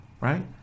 right